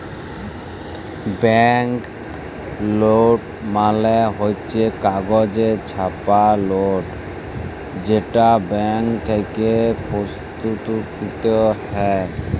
bank note মালে হচ্ছ কাগজে ছাপা লোট যেটা ব্যাঙ্ক থেক্যে প্রস্তুতকৃত হ্যয়